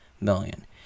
million